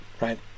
right